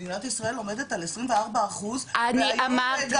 מדינת ישראל עומדת על 24 אחוז והיום גם